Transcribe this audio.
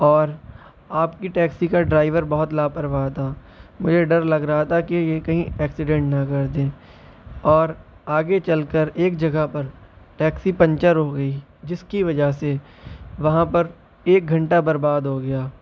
اور آپ کی ٹیکسی کا ڈرائیور بہت لاپرواہ تھا مجھے ڈر لگ رہا تھا کہ یہ کہیں ایکسیڈینٹ نہ کردے اور آگے چل کر ایک جگہ پر ٹیکسی پنچر ہوگئی جس کی وجہ سے وہاں پر ایک گھنٹہ برباد ہوگیا